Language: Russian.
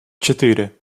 четыре